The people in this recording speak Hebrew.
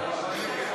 ההסתייגות (4)